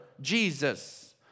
Jesus